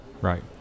Right